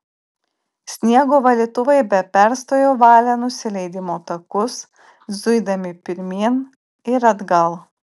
sniego valytuvai be perstojo valė nusileidimo takus zuidami pirmyn ir atgal